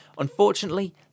Unfortunately